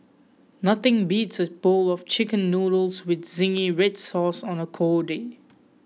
nothing beats a bowl of chicken noodles with zingy red sauce on a cold day